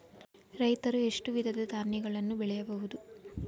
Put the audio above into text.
ರೈತರು ಎಷ್ಟು ವಿಧದ ಧಾನ್ಯಗಳನ್ನು ಬೆಳೆಯಬಹುದು?